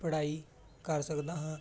ਪੜ੍ਹਾਈ ਕਰ ਸਕਦਾ ਹਾਂ